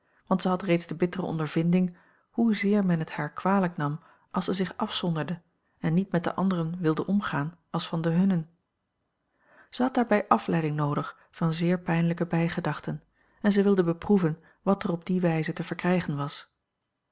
want zij had reeds de bittere ondervinding hoezeer men het haar kwalijk nam als zij zich afzonderde en niet met de anderen wilde omgaan als van de hunnen zij had daarbij afleiding noodig van zeer pijnlijke bijgedachten en zij wilde beproeven wat er op die wijze te verkrijgen was